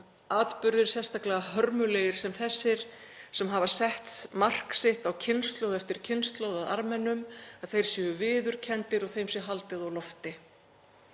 atburðir, sérstaklega hörmulegir sem þessir, sem hafa sett mark sitt á kynslóð eftir kynslóð af Armenum, séu viðurkenndir og þeim sé haldið á lofti.